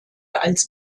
als